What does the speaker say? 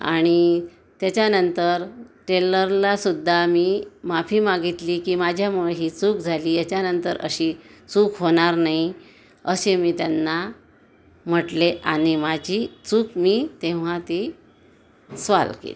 आणि त्याच्यानंतर टेलरला सुद्धा मी माफी मागितली की माझ्यामुळे ही चूक झाली याच्यानंतर अशी चूक होणार नाही असे मी त्यांना म्हटले आणि माझी चूक मी तेव्हा ती स्वॉल केली